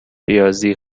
ریاضی